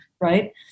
right